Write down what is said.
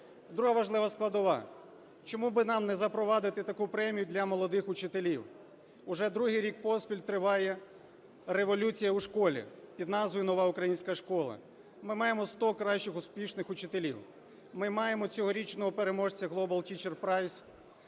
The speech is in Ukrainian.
Друга важлива складова: чому би нам не запровадити таку премію для молодих учителів. Уже другий рік поспіль триває революція у школі під назвою "Нова українська школа". Ми маємо 100 кращих успішних учителів. Ми маємо цьогорічного переможця Global Teacher Prize,